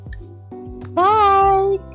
Bye